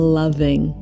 loving